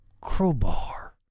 crowbar